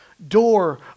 Door